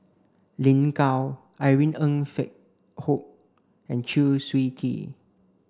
Lin Gao Irene Ng Phek Hoong and Chew Swee Kee